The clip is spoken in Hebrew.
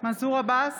מנסור עבאס,